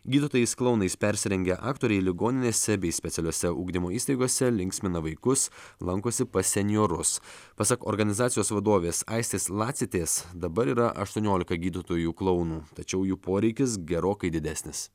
gydytojais klounais persirengę aktoriai ligoninėse bei specialiose ugdymo įstaigose linksmina vaikus lankosi pas senjorus pasak organizacijos vadovės aistės lacitės dabar yra aštuoniolika gydytojų klounų tačiau jų poreikis gerokai didesnis